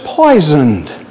poisoned